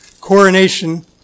coronation